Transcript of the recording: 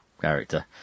character